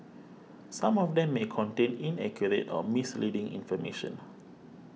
some of them may contain inaccurate or misleading information